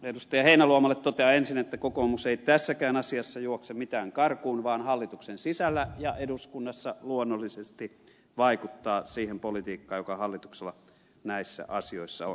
heinäluomalle totean ensin että kokoomus ei tässäkään asiassa juokse mitään karkuun vaan hallituksen sisällä ja eduskunnassa luonnollisesti vaikuttaa siihen politiikkaan joka hallituksella näissä asioissa on